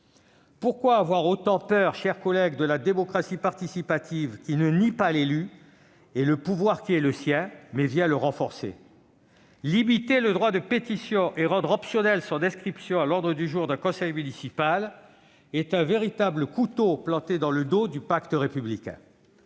Pourquoi avoir autant peur, chers collègues, de la démocratie participative, qui ne nie pas l'élu et le pouvoir de ce dernier, mais vient le renforcer ? Limiter le droit de pétition et rendre optionnelle son inscription à l'ordre du jour d'un conseil municipal, c'est véritablement planter un couteau dans le dos du pacte républicain.